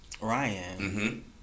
Ryan